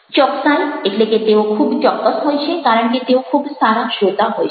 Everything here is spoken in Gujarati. ચોક્કસાઈ એટલે કે તેઓ ખૂબ ચોક્કસ હોય છે કારણ કે તેઓ ખૂબ સારા શ્રોતા હોય છે